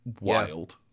wild